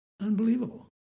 unbelievable